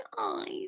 eyes